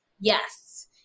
Yes